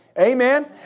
Amen